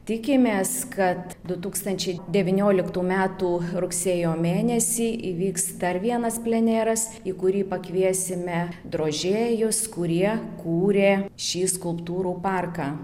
tikimės kad du tūkstančiai devynioliktų metų rugsėjo mėnesį įvyks dar vienas pleneras į kurį pakviesime drožėjus kurie kūrė šį skulptūrų parką